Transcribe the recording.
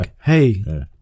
hey